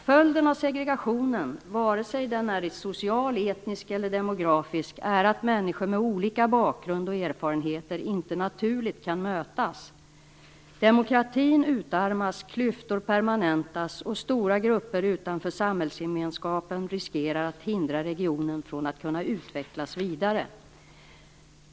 Följden av segregationen - vare sig den är social, etnisk eller demografisk - är att människor med olika bakgrund och erfarenheter inte kan mötas naturligt. Demokratin utarmas, klyftor permanentas och stora grupper utanför samhällsgemenskapen riskerar att hindra regionen från att kunna utvecklas vidare.